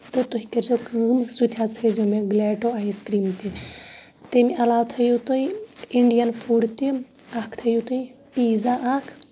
تہٕ تُہۍ کٔرزیو کٲم سُہ تہِ حظ تھیٚزیو مےٚ گِلیٹو ایس کریم تہِ تَمہِ علاوٕ تھٲیو تُہۍ اِنڈین فوٚڑ تہِ اکھ تھٲیو تُہۍ پِزا اکھ